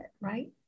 right